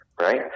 right